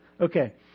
Okay